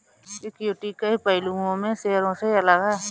equity कई पहलुओं में शेयरों से अलग है